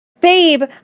Babe